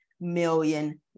million